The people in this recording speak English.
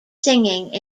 singing